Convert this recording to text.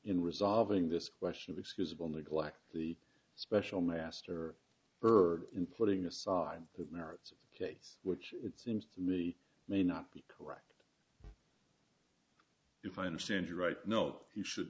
in resolving this question of excusable neglect the special master urged in putting aside the merits of the case which it seems to me may not be correct if i understand you're right no you should